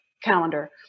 Calendar